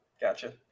Gotcha